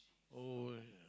oh